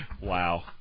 Wow